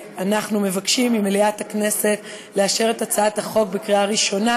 אנחנו מבקשים ממליאת הכנסת לאשר את הצעת החוק בקריאה ראשונה